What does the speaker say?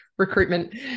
recruitment